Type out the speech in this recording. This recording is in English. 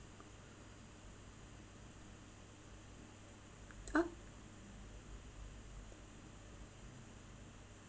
uh